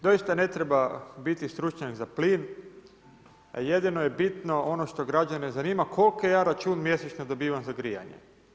Doista ne treba biti stručnjak za plin, a jedino je bitno ono što građane zanima, koliki ja račun mjesečno dobivam za grijanje.